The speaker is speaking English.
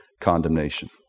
condemnation